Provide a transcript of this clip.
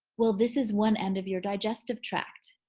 well, this is one end of your digestive tract.